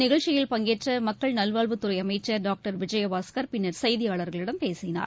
இந்தநிகழ்ச்சியில் பங்கேற்றமக்கள் நல்வாழ்வுத்துறைஅமைச்சர் டாக்டர் விஜயபாஸ்கர் பின்னர் செய்தியாளர்களிடம் பேசினார்